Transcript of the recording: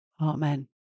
Amen